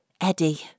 Eddie